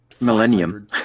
millennium